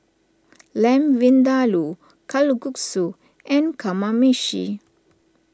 Lamb Vindaloo Kalguksu and Kamameshi